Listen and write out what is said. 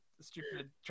stupid